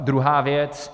Druhá věc.